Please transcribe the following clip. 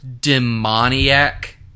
demoniac